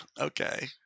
okay